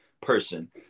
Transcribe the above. person